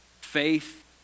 Faith